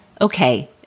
okay